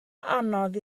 anodd